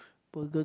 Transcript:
burger